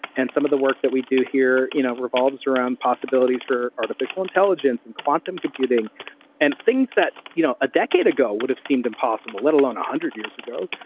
and some of the work that we do here you know revolves around possibilities for artificial intelligence and quantum computing and things that, you know a decade ago, would've seemed impossible, let alone one hundred years ago.